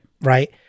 Right